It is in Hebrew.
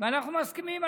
ואנחנו מסכימים,